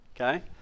okay